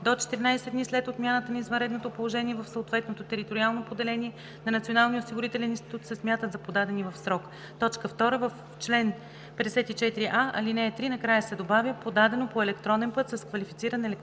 до 14 дни след отмяната на извънредното положение в съответното териториално поделение на Националния осигурителен институт, се смятат за подадени в срок.“ 2. В чл. 54а, ал. 3 накрая се добавя „подадено по електронен път с квалифициран електронен